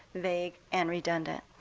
vague, and redundant.